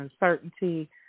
uncertainty